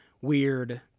weird